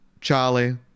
Charlie